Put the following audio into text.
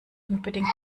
unbedingt